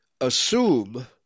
assume